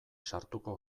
sartuko